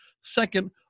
Second